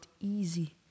easy